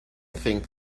think